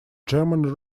german